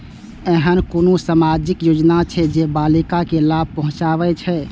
ऐहन कुनु सामाजिक योजना छे जे बालिका के लाभ पहुँचाबे छे?